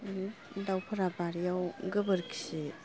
दाउफोरा बारिआव गोबोरखि